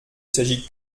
s’agit